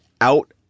out